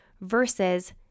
versus